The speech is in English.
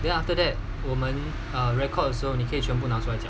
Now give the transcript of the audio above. then after that 我们 record 的时候你可以全部拿出来讲